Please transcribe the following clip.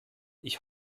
ich